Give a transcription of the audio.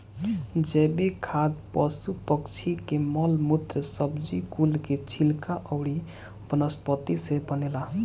जैविक खाद पशु पक्षी के मल मूत्र, सब्जी कुल के छिलका अउरी वनस्पति से बनेला